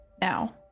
now